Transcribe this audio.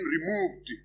removed